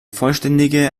vollständige